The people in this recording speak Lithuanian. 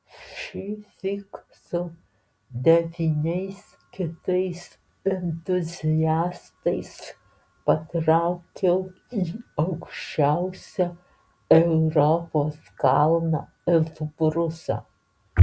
šįsyk su devyniais kitais entuziastais patraukiau į aukščiausią europos kalną elbrusą